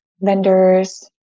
vendors